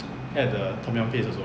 add the tom yum paste also